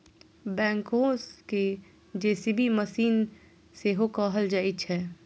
backhoe कें JCB machine सेहो कहल जाइ छै